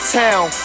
town